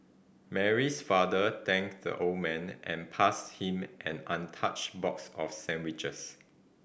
Mary's father thanked the old man and passed him an untouched box of sandwiches